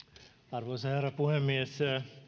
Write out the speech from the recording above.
arvoisa herra puhemies